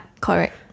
Correct